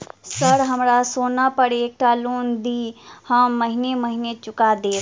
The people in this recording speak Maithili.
सर हमरा सोना पर एकटा लोन दिऽ हम महीने महीने चुका देब?